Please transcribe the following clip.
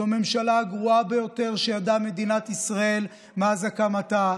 זו הממשלה הגרועה ביותר שידעה מדינת ישראל מאז הקמתה.